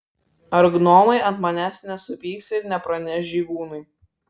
ar gnomai ant manęs nesupyks ir nepraneš žygūnui